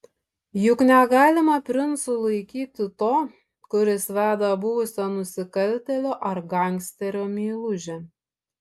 juk negalima princu laikyti to kuris veda buvusią nusikaltėlio ar gangsterio meilužę